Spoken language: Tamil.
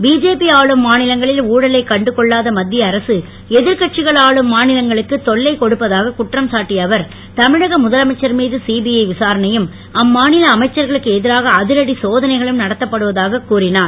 பிஜேபி ஆளும் மாநிலங்களில் ஊழலைக் கண்டுகொள்ளாத மத்திய அரசு எதிர் கட்சிகள் ஆளும் மாநிலங்களுக்கு தொல்லை கொடுப்பதாகக் குற்றம் சாட்ழய அவர் தமிழக முதலமைச்சர் மீது சிபிஐ விசாரணையும் அம்மாநில அமைச்சர்களுக்கு எதிராக அதிரடி சோதனைகளும் நடத்தப்படுவதாகக் கூறினார்